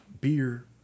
beer